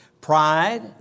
pride